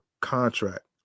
contract